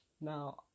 now